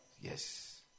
Yes